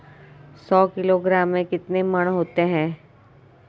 सौ किलोग्राम में कितने मण होते हैं?